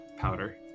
powder